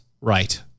right